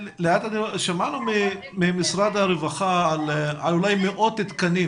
שמענו ממשרד הרווחה על מאות תקנים